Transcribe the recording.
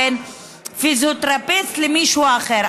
בין פיזיותרפיסט למישהו אחר,